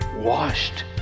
washed